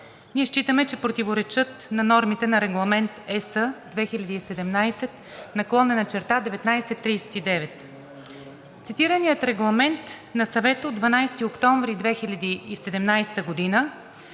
ние считаме, че противоречат на нормите на Регламент ЕС 2017/1939. Цитираният регламент на Съвета от 12 октомври 2017 г. за